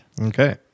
Okay